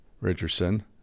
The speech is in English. Richardson